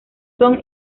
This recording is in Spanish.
son